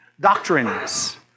Doctrines